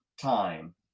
time